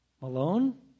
Malone